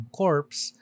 corpse